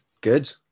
Good